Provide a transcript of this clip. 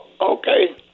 Okay